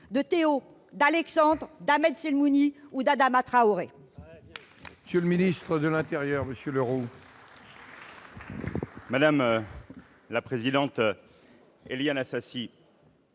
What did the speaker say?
de Théo, d'Alexandre, d'Ahmed Selmouni ou d'Adama Traoré